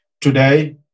Today